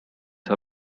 her